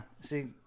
See